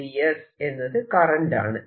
ds എന്നത് current ആണ്